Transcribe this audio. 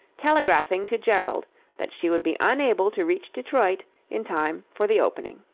telegraphing to gerald that she would be unable to reach detroit in time for the opening.